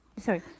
sorry